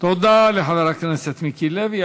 תודה לחבר הכנסת מיקי לוי.